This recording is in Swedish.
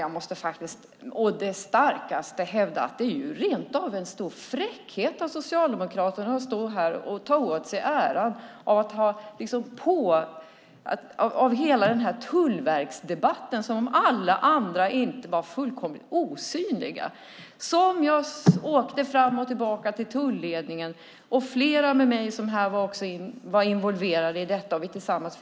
Jag måste faktiskt å det starkaste hävda att det är en stor fräckhet av Socialdemokraterna att ta åt sig hela äran av debatten om Tullverket som om alla andra var fullkomligt osynliga. Jag åkte fram och tillbaka till tulledningen, och flera andra var också involverade i detta.